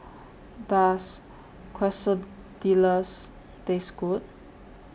Does Quesadillas Taste Good